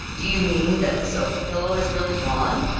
do you mean that the sofa pillow is really gone?